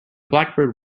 blackbird